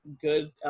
good